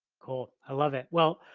cool, i love it. well,